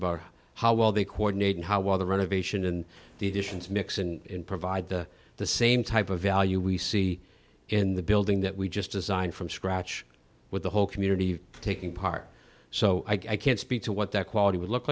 about how well they coordinate and how well the renovation and the additions mix in provide the the same type of value we see in the building that we just designed from scratch with the whole community taking part so i can't speak to what that quality would look